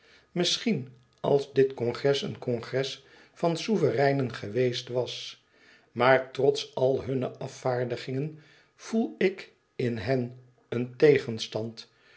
misschien als dit congres een congres van souvereinen geweest was maar trots al hunne afgevaardigden voel ik in hen een tegenstand